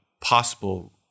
possible